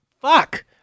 fuck